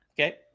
Okay